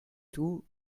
tout